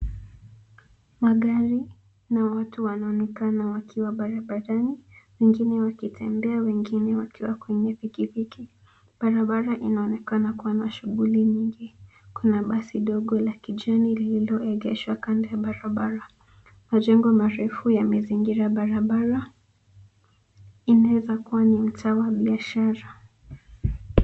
Magari na watu wanaonekana wakiwa barabarani, wengine wakitembea wengine wakiwa kwenye pikipiki. Barabara inaonekana kuwa na shughuli nyingi. Kuna basi dogo la kijani lililoegeshwa kando ya barabara. Majengo marefu yamezingira barabara. Inawezakuwa ni mtaa wa biashara.